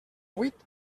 vuit